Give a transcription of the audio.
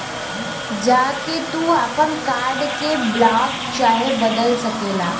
जा के तू आपन कार्ड के ब्लाक चाहे बदल सकेला